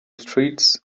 streets